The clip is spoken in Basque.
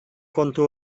kontu